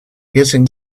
hissing